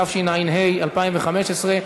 התשע"ה 2015,